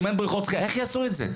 אם אין בריכות שחייה איך יעשו את זה?